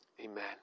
amen